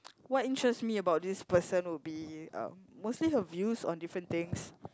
what interest me about this person would be um mostly her views on different things